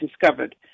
discovered